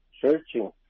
searching